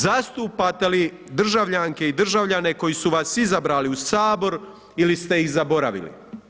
Zastupate li državljanke i državljane koji su vas izabrali u Sabor ili ste ih zaboravili?